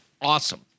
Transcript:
awesome